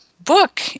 book